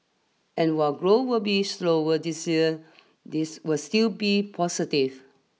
and while grow will be slower this year this will still be positive